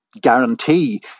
guarantee